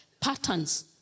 patterns